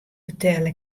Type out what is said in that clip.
fertelle